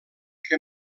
que